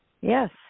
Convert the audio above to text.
Yes